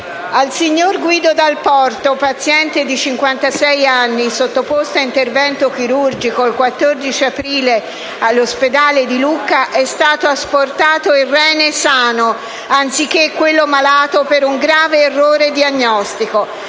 al signor Guido Dal Porto, paziente di cinquantasei anni, sottoposto a intervento chirurgico il 14 aprile all'ospedale di Lucca, è stato asportato il rene sano, anziché quello malato, per un grave errore diagnostico.